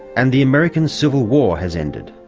and the american civil war has ended.